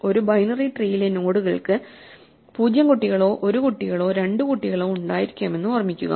ഒരു ബൈനറി ട്രീയിലെ നോഡുകൾക്ക് 0 കുട്ടികളോ 1 കുട്ടികളോ 2 കുട്ടികളോ ഉണ്ടായിരിക്കാമെന്ന് ഓർമ്മിക്കുക